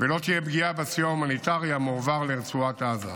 ולא תהיה פגיעה בסיוע ההומניטרי המועבר לרצועת עזה.